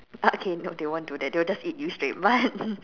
ah okay no they won't do that they will just eat you straight but